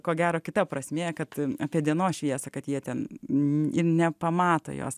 ko gero kita prasmė kad apie dienos šviesą kad jie ten nepamato jos